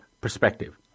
perspective